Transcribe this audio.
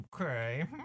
okay